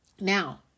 Now